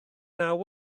naw